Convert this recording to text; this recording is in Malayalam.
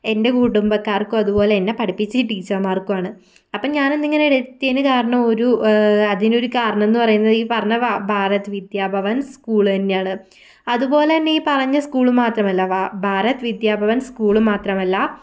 എൻ്റെ കുടുംബക്കാർക്കും അത് പോലെ എന്നെ പഠിപ്പിച്ച ടീച്ചർമാർക്കുമാണ് അപ്പം ഞാൻ ഇന്ന് ഇങ്ങനെ എത്തിയതിന് കാരണം ഒരു അതിന് ഒരു കാരണം എന്ന് പറയുന്നത് ഈ പറഞ്ഞ ഭാരത് വിദ്യാഭവൻ സ്കൂൾ തന്നെയാണ് അതുപോലെ തന്നെ ഈ പറഞ്ഞ സ്കൂൾ മാത്രമല്ല ഭാരത് വിദ്യാഭവൻ സ്കൂൾ മാത്രമല്ല